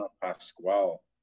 Pascual